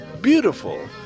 beautiful